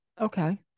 Okay